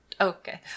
okay